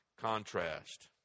contrast